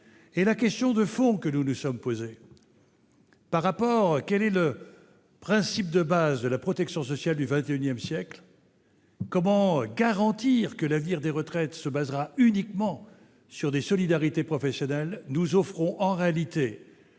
La question de fond que nous nous sommes posée est la suivante : quel est le principe de base de la protection sociale du XXI siècle ? Comment garantir que l'avenir des retraites se fondera uniquement sur des solidarités professionnelles ? Nous offrons en réalité,